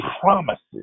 promises